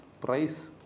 price